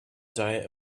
diet